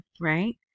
right